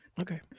Okay